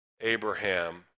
Abraham